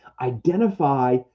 identify